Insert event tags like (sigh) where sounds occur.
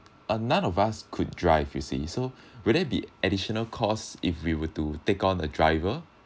um none of us could drive you see so (breath) will there be additional costs if we will to take on a driver